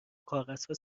کاغذها